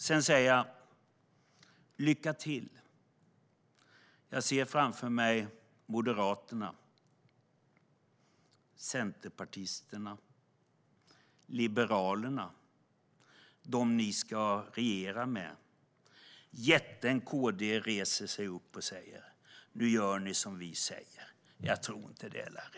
Sedan säger jag lycka till. Jag ser framför mig Moderaterna, Centerpartiet och Liberalerna - som ni ska regera med - när jätten KD reser sig upp och säger: Nu gör ni som vi säger! Jag tror inte att de gör det, Larry.